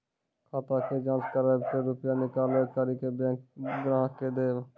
खाता के जाँच करेब के रुपिया निकैलक करऽ बैंक ग्राहक के देब?